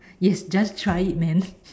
yes just try it man